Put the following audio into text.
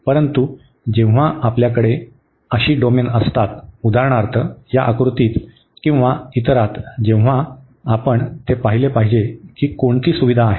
परंतु जेव्हा आपल्याकडे अशी डोमेन असतात उदाहरणार्थ या आकृतीत किंवा इतरात जेव्हा आपण ते पाहिले पाहिजे की कोणती सुविधा आहे